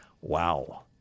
Wow